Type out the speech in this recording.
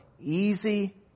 easy